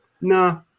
nah